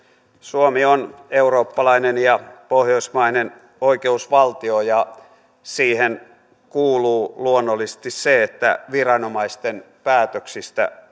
suomi on eurooppalainen ja pohjoismainen oikeusvaltio ja siihen kuuluu luonnollisesti se että viranomaisten päätöksistä